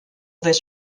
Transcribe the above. this